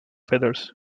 feathers